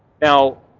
Now